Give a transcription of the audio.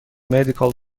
medical